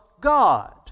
God